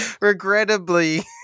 Regrettably